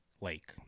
lake